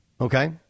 Okay